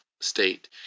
state